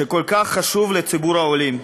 שכל כך חשוב לציבור העולים.